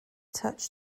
touch